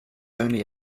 only